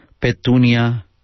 Petunia